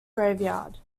graveyard